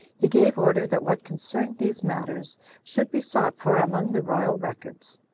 he gave order that what concerned these matters should be sought for among the royal records.